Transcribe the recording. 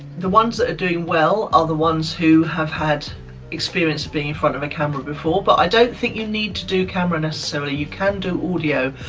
the ones that are doing well are the ones who have had experience being in front of a camera before. but i don't think you need to do camera necessarily. you can do audio.